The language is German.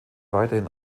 weiterhin